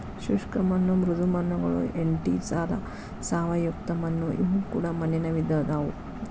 ಶುಷ್ಕ ಮಣ್ಣು ಮೃದು ಮಣ್ಣುಗಳು ಎಂಟಿಸಾಲ್ ಸಾವಯವಯುಕ್ತ ಮಣ್ಣು ಇವು ಕೂಡ ಮಣ್ಣಿನ ವಿಧ ಅದಾವು